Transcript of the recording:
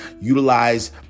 utilize